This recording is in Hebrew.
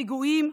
פיגועים,